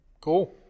Cool